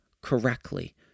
correctly